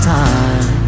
time